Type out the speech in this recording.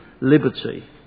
liberty